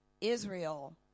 Israel